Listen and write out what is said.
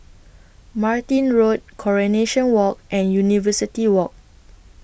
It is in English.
Martin Road Coronation Walk and University Walk